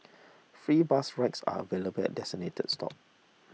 free bus rides are available at designated stop